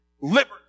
liberty